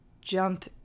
jump